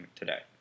today